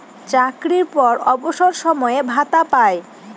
চাকরির পর অবসর সময়ে ভাতা পায়